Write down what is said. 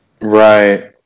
Right